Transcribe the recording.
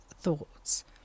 thoughts